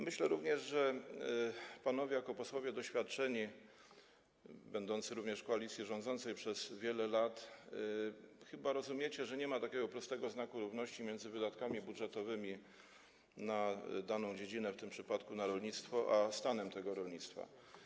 Myślę również, że panowie jako doświadczeni posłowie będący również w koalicji rządzącej przez wiele lat chyba rozumiecie, że nie ma takiego prostego znaku równości między wydatkami budżetowymi na daną dziedzinę, w tym przypadku na rolnictwo, a stanem tego rolnictwa.